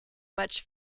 much